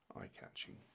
eye-catching